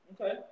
Okay